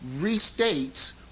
restates